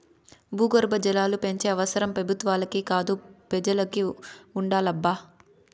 భూగర్భ జలాలు పెంచే అవసరం పెబుత్వాలకే కాదు పెజలకి ఉండాలబ్బా